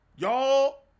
Y'all